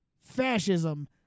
Fascism